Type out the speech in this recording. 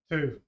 Two